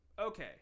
Okay